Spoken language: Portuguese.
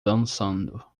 dançando